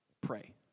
pray